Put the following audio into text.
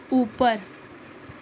اوپر